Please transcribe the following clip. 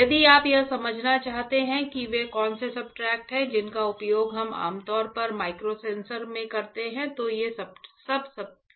यदि आप यह समझना चाहते हैं कि वे कौन से सबस्ट्रेट हैं जिनका उपयोग हम आमतौर पर माइक्रोसेंसर में करते हैं तो ये सबस्ट्रेट्स हैं